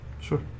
Sure